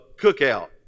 cookout